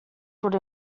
would